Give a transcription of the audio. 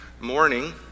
morning